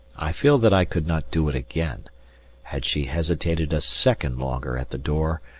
i feel that i could not do it again had she hesitated a second longer at the door